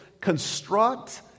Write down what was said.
construct